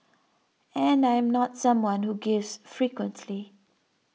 and I am not someone who gives frequently